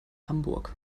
hamburg